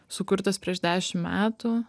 sukurtas prieš dešim metų